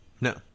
no